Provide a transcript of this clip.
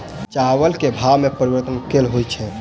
चावल केँ भाव मे परिवर्तन केल होइ छै?